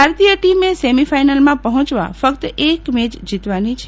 ભારતીય ટીમે સેમીફાઈનલમાં પહોચવા ફક્ત એક મેચ જીતવાની છે